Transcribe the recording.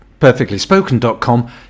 perfectlyspoken.com